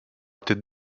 étaient